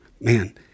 man